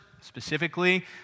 Specifically